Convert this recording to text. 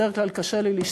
בדרך כלל קשה לי לשתוק.